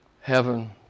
heaven